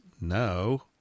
No